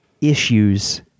issues